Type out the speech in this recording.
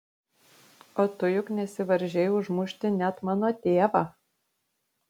o tu juk nesivaržei užmušti net mano tėvą